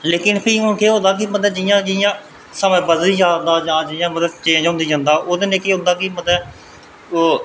ते फ्ही हून मतलब केह् होए दा कि जियां जियां समां बदली जा दा जां जियां मौसम चेंज होई जंदा ते ओह्दे कन्नै केह् होंदा कि ओह्